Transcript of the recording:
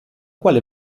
quale